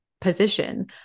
position